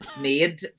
made